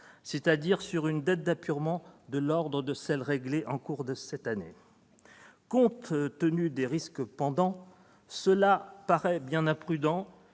c'est-à-dire sur une dette d'apurement de l'ordre de celle réglée en cours d'année. Compte tenu des risques pendants, cela paraît bien imprudent,